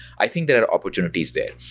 i think there are opportunities there.